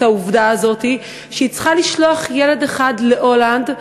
העובדה הזאת שהיא צריכה לשלוח ילד אחד להולנד,